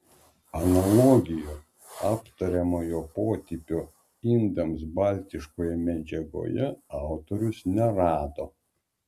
analogijų aptariamojo potipio indams baltiškoje medžiagoje autorius nerado